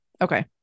Okay